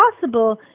possible